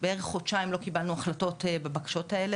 בערך חודשיים לא קיבלנו החלטות בבקשות האלה,